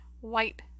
White